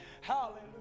Hallelujah